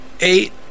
Eight